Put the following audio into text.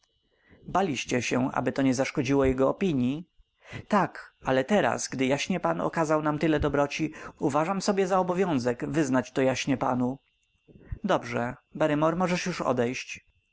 baliście się aby to nie zaszkodziło jego opinii tak ale teraz gdy jaśnie pan okazał nam tyle dobroci uważam sobie za obowiązek wyznać to jaśnie panu dobrze barrymore możesz już odejść